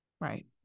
Right